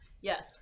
Yes